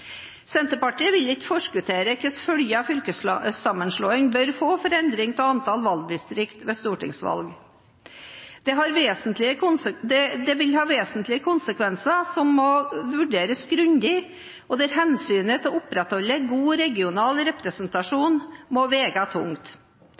Senterpartiet vil ikke forskuttere hvilke følger fylkessammenslåing bør få for endringer av antall valgdistrikt ved stortingsvalg. Dette vil ha vesentlige konsekvenser som må vurderes grundig, og hvor hensynet til å opprettholde god regional